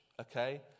okay